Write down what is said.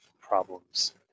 problems